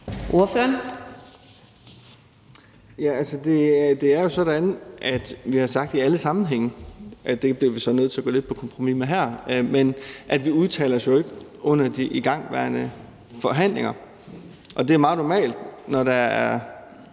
det er jo sådan, at vi har sagt i alle sammenhænge – det bliver vi så nødt til at gå lidt på kompromis med her – at vi ikke udtaler os under de igangværende forhandlinger. Det er meget normalt, når der er